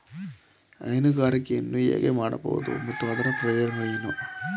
ಹೈನುಗಾರಿಕೆಯನ್ನು ಹೇಗೆ ಮಾಡಬಹುದು ಮತ್ತು ಅದರ ಪ್ರಯೋಜನಗಳೇನು?